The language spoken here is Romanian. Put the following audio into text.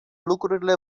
lucrurile